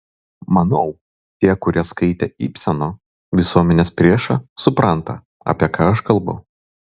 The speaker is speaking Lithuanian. manau tie kurie skaitė ibseno visuomenės priešą supranta apie ką aš kalbu